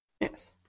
Yes